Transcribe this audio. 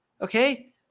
Okay